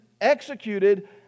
executed